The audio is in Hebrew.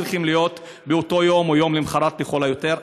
צריכים להיות באותו יום או יום למוחרת לכל היותר.